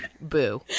Boo